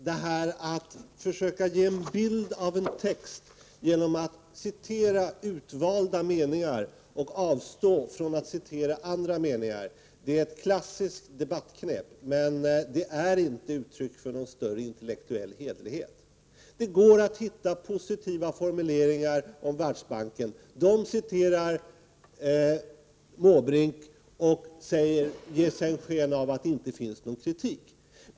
Herr talman! Att försöka ge en bild av innehållet i en text genom att citera utvalda meningar och avstå från att citera andra meningar är ett klassiskt debattknep, men det är inte uttryck för någon större intellektuell hederlighet. Det går att finna positiva formuleringar om Världsbanken, och Bertil Måbrink citerar dessa och gör sedan sken av att det inte finns någon kritik.